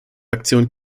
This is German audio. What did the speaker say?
aktionen